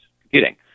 computing